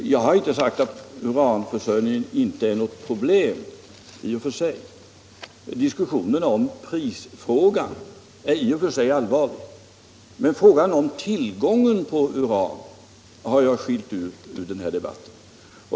Jag har inte sagt att uranförsörjningen inte är något problem. Diskussionerna om prisfrågan är i och för sig allvarliga, men frågan om tillgången på uran har jag skilt ut ur debatten.